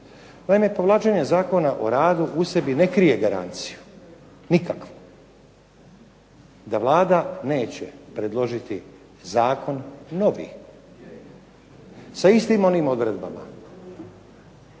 Naime, povlačenje Zakona o radu u sebi ne krije garanciju nikakvu da Vlada neće predložiti zakon novi, sa istim onim odredbama